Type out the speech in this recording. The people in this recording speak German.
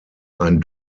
ein